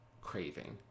craving